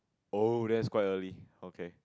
oh that's quite early okay